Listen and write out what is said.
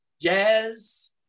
Jazz